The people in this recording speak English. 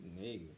Nigga